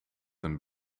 een